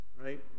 Right